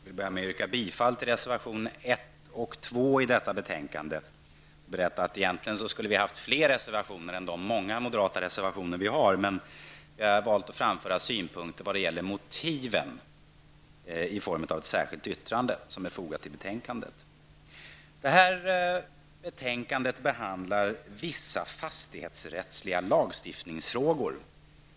Herr talman! Jag vill börja med att yrka bifall till reservationerna 1 och 2 till detta betänkande. Vi skulle egentligen haft fler reservationer än de många moderata reservationer vi avgett, men vi har valt att framföra våra synpunkter när det gäller motiven i form av ett särskilt yttrande som är fogat till betänkandet. Detta betänkande behandlar vissa fastighetsrättsliga lagstiftningsfrågor.